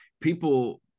people